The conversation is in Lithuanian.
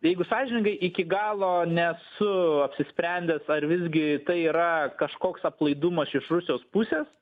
jeigu sąžiningai iki galo nesu apsisprendęs ar visgi tai yra kažkoks aplaidumas iš rusijos pusės